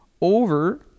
over